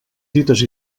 dites